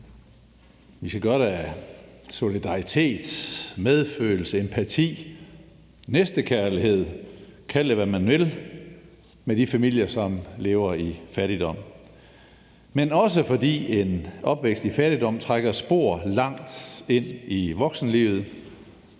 Vi skal gøre det af solidaritet, medfølelse, empati, næstekærlighed – kald det, hvad man vil – i forhold til de familier, som lever i fattigdom. Men vi skal også gøre det, fordi en opvækst i fattigdom trækker spor langt ind i voksenlivet.